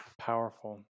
Powerful